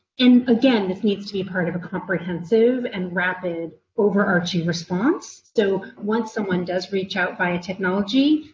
and again, this needs to be part of a comprehensive and rapid, overarching response. so when someone does reach out via a technology,